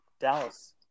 Dallas